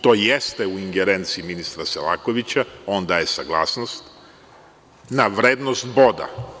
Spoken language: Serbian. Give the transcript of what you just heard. To jeste u ingerenciji ministra Selakovića, on daje saglasnost na vrednost boda.